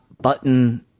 button